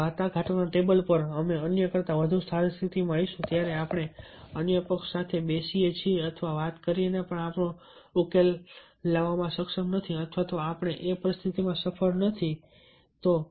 વાટાઘાટોના table પર અમે અન્ય કરતા વધુ સારી સ્થિતિમાં હોઈશું ત્યારે આપણે અન્ય પક્ષ સાથે બેસીએ છીએ અથવા વાત કરી ને આપણે ઉકેલ લાવવામાં સક્ષમ નથી અથવા તો આપણે એ પરિસ્થિતિમાં સફળ નથી થઈ શકતા